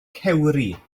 cewri